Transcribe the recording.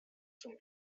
zum